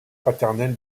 paternelle